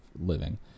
living